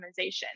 optimization